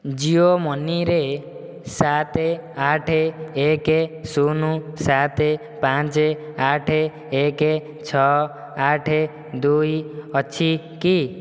ଜିଓ ମନିରେ ସାତ ଆଠ ଏକ ଶୁନ ସାତ ପାଞ୍ଚ ଆଠ ଏକ ଛଅ ଆଠ ଦୁଇ ଅଛି କି